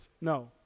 No